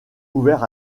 ouvert